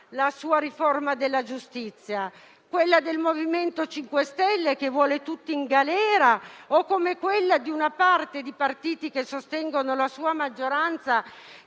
la sua riforma della giustizia? Quella del MoVimento 5 Stelle, che vuole tutti in galera, o quella di una parte dei partiti che sostengono la sua maggioranza,